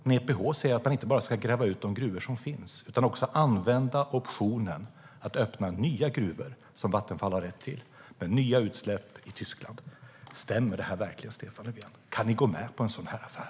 Men EPH säger att man inte bara ska gräva ut de gruvor som finns utan också använda optionen att öppna nya gruvor, som Vattenfall har rätt till, med nya utsläpp i Tyskland. Stämmer verkligen detta, Stefan Löfven? Kan ni gå med på en sådan affär?